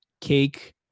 cake